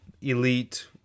elite